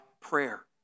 prayer